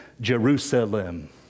Jerusalem